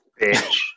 Bitch